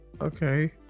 Okay